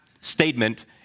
statement